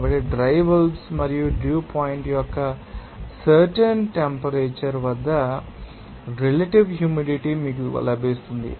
కాబట్టి dry bulb మరియు dew point యొక్క సర్టెన్ టెంపరేచర్ వద్ద రిలేటివ్ హ్యూమిడిటీ మీకు లభిస్తుంది